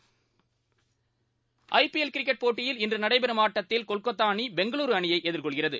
IPL cricket IPL cricket போட்டியில் இன்று நடைபெறும் ஆட்டத்தில் கொல்கத்தா அணி பெங்களூரு அணியை எதிர்கொள்கிறது